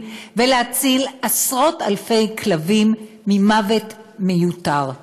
ולהציל עשרות-אלפי כלבים ממוות מיותר.